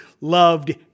loved